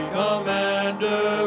commander